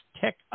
tech